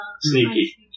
sneaky